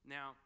Now